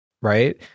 right